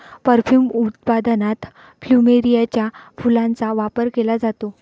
perfume उत्पादनात प्लुमेरियाच्या फुलांचा वापर केला जातो